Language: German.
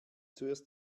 zuerst